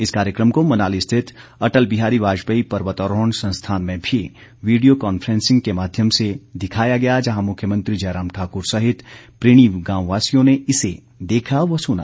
इस कार्यक्रम को मनाली स्थित अटल बिहारी वाजपेयी पर्वतारोहण संस्थान में भी विडियो कॉन्फ्रेंसिंग के माध्यम से दिखाया गया जहां मुख्यमंत्री जयराम ठाकुर सहित प्रीणी गांववासियों ने इसे देखा व सुना